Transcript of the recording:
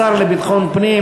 השר לביטחון הפנים,